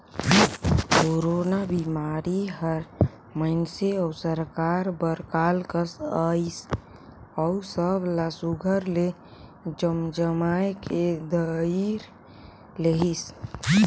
corona बिमारी हर मइनसे अउ सरकार बर काल कस अइस अउ सब ला सुग्घर ले जमजमाए के धइर लेहिस